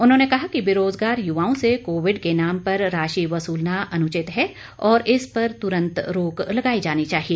उन्होंने कहा कि बेरोजगार युवाओं से कोविड के नाम पर राशि वसूलना अनुचित है और इस पर तुरंत रोक लगाई जानी चाहिए